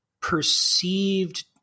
perceived